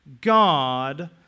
God